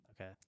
Okay